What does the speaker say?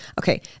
Okay